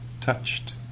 touched